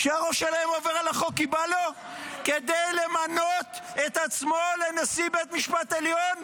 כשהראש שלהם עובר על החוק כי בא לו למנות את עצמו לנשיא בית משפט עליון?